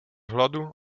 hladu